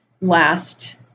last